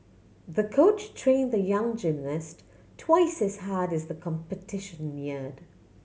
the coach trained the young gymnast twice as hard as the competition neared